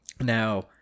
Now